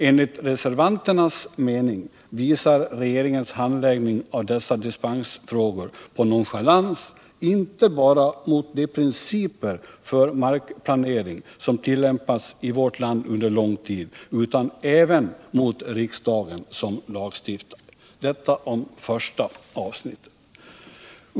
Enligt reservanternas mening visar regeringens handläggning av dessa dispensfrågor på nonchalans inte bara mot de principer för markplanering som tillämpats i vårt land under lång tid, utan även mot riksdagen som lagstiftare. Detta om första avsnittet.